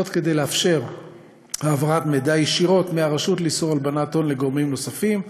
כדי לאפשר העברת מידע ישירות מהרשות לאיסור הלבנת הון לגורמים נוספים,